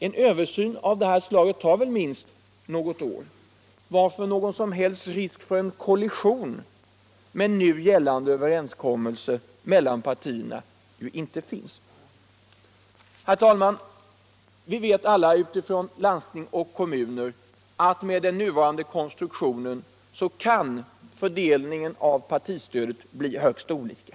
En översyn av detta slag tar väl minst något år, varför någon som helst risk för en kollision med nu gällande överenskommelse mellan partierna inte finns. Herr talman! Vi vet alla utifrån landsting och kommuner att med den nuvarande konstruktionen kan fördelningen av partistödet bli högst olika.